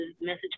message